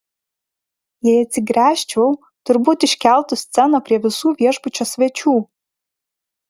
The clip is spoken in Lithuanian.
jei atsigręžčiau turbūt iškeltų sceną prie visų viešbučio svečių